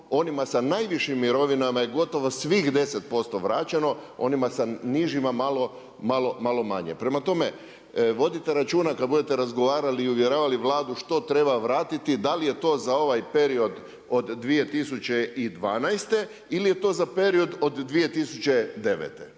onima sa najvišim mirovinama je gotovo svih 10% vraćeno, onima sa nižima malo manje. Prema tome, vodite računa kad budete razgovarali i uvjeravali Vladu, što treba vratiti, da li je to za ovaj period od 2012. ili je to za period od 2009.,